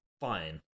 Fine